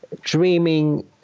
dreaming